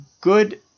good